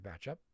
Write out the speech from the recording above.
matchup